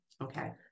Okay